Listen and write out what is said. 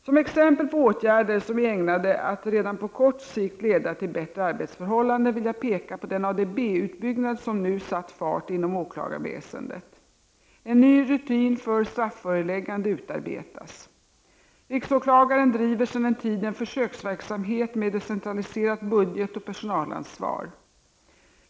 Som exempel på åtgärder som är ägnade att redan på kort sikt leda till bättre arbetsförhållanden vill jag peka på den ADB-utbyggnad som nu satt fart inom åklagarväsendet. En ny rutin för strafföreläggande utarbetas. Riksåklagaren driver sedan en tid en försöksverksamhet med decentraliserat budgetoch personalansvar.